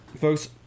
Folks